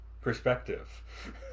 perspective